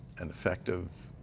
an effective,